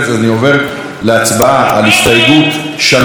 אני עובר להצבעה על הסתייגות 3,